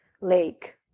lake